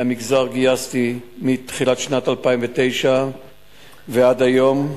מהמגזר גייסתי מתחילת שנת 2009 ועד היום,